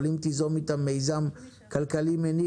אבל אם תיזום איתן מיזם כלכלי מניב,